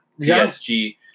PSG